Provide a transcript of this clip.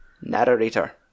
Narrator